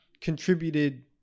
contributed